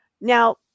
now